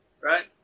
right